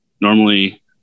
Normally